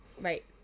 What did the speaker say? Right